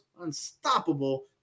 unstoppable